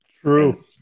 True